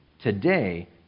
today